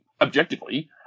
objectively